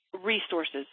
resources